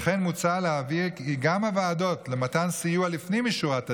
וכן מוצע להבהיר כי גם הוועדות למתן סיוע לפנים משורת הדין,